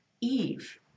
Eve